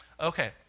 Okay